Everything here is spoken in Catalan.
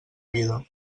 vida